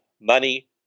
money